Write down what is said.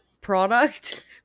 product